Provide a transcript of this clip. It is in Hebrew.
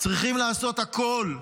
צריכים לעשות הכול,